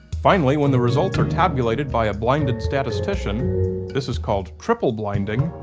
finally, when the results are tabulated by a blinded statistician this is called triple-blinding,